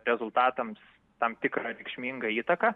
rezultatams tam tikrą reikšmingą įtaką